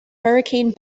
hurricane